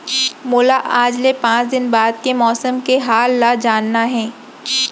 मोला आज ले पाँच दिन बाद के मौसम के हाल ल जानना हे?